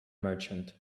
merchant